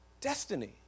destiny